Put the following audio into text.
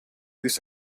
this